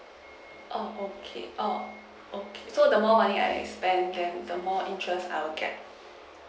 oh okay err okay so the more monthly I spent then the more interest I would get